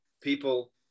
people